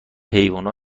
حیوونا